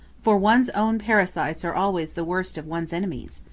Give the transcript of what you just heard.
for one's own parasites are always the worst of one's enemies.